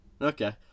Okay